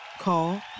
Call